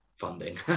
funding